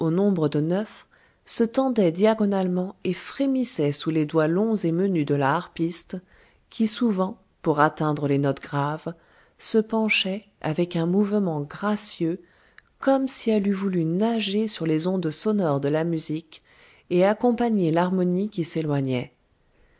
nombre de neuf se tendaient diagonalement et frémissaient sous les doigts longs et menus de la harpiste qui souvent pour atteindre les notes graves se penchait avec un mouvement gracieux comme si elle eût voulu nager sur les ondes sonores de la musique et accompagner l'harmonie qui s'éloignait